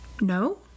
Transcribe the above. No